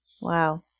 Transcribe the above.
Wow